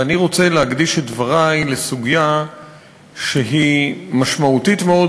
ואני רוצה להקדיש את דברי לסוגיה שהיא משמעותית מאוד